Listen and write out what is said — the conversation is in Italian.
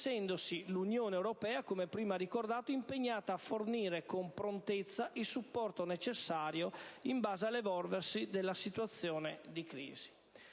essendosi l'Unione europea, come prima ricordato, impegnata a fornire con prontezza il supporto necessario in base all'evolversi della situazione di crisi.